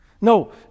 no